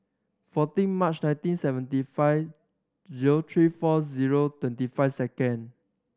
fourteen March nineteen seventy five zero three four zero twenty five second